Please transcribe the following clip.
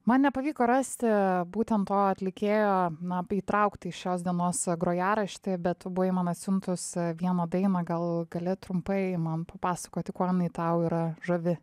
man nepavyko rasti būtent to atlikėjo na įtraukti į šios dienos grojaraštį bet tu buvai man atsiuntus vieną dainą gal gali trumpai man papasakoti kuo jinai tau yra žavi